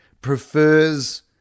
prefers